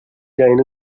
gain